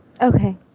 Okay